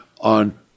on